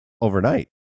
overnight